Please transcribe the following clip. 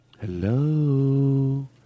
Hello